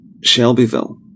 Shelbyville